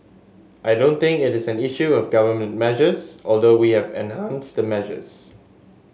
I don't think it is an issue of government measures although we have enhanced the measures